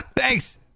Thanks